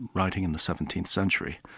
writing in the seventeenth century.